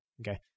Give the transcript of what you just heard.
okay